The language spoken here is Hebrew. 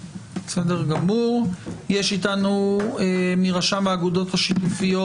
יש איתנו מרשם האגודות השיתופיות,